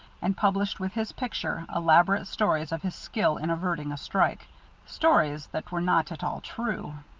and published, with his picture, elaborate stories of his skill in averting a strike stories that were not at all true.